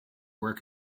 work